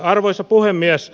arvoisa puhemies